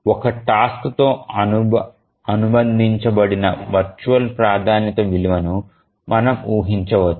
ఒక టాస్క్ తో అనుబంధించబడిన వర్చువల్ ప్రాధాన్యత విలువను మనం ఊహించవచ్చు